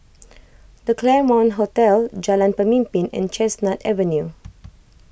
the Claremont Hotel Jalan Pemimpin and Chestnut Avenue